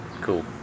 Cool